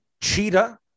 Cheetah